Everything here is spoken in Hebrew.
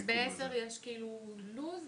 ויש כאלה ולכן צריך לפתור את זה מהשורש.